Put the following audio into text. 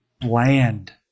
bland